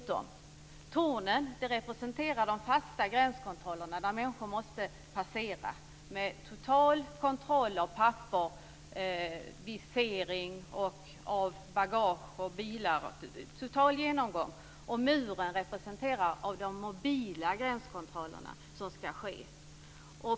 Tornen representerar de fasta gränskontrollerna där människor måste passera med total kontroll av papper, visering, bagage och bilar. Det är en total genomgång. Muren representerar de mobila gränskontroller som skall ske.